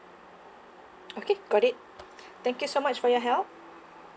okay got it thank you so much for your help